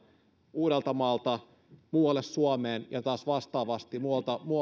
uudeltamaalta muualle suomeen ja taas vastaavasti muualta